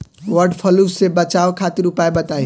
वड फ्लू से बचाव खातिर उपाय बताई?